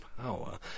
power